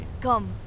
Come